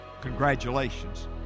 congratulations